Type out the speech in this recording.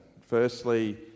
Firstly